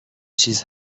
چیز